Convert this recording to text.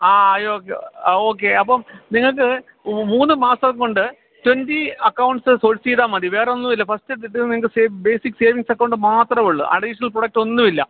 ആ അയ്യോ ഓ ഓക്കെ അപ്പോള് നിങ്ങൾക്ക് മൂന്നുമാസം കൊണ്ട് ട്വൻറ്റി അക്കൗണ്ട്സ് സോഴ്സ് ചെയ്താല്മതി വേറെ ഒന്നുമില്ല ഫസ്റ്റ് കിട്ടുന്നെൻ്റെ സേവ് ബേസിക് സേവിങ്സ് അക്കൗണ്ട് മാത്രമുള്ളു അഡീഷണൽ പ്രോഡക്റ്റ് ഒന്നുമില്ല